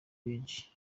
benshi